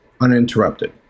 uninterrupted